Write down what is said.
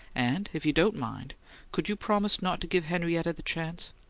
and, if you don't mind could you promise not to give henrietta the chance?